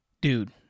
dude